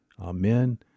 Amen